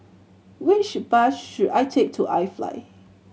which bus should I take to iFly